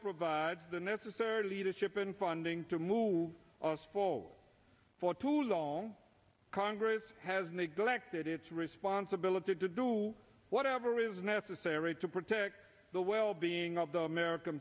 provides the necessary leadership in quandong to move us forward for too long congress has neglected its responsibility to do whatever is necessary to protect the well being of the american